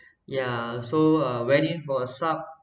yeah so uh went in for a sub